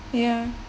ya